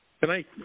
Tonight